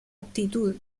aptitud